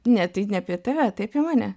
ne tai apie tave tai apie mane